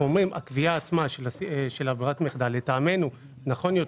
הקביעה עצמה של ברירת המחדל לדעתנו נכון יותר,